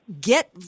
get